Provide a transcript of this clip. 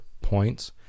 points